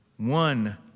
One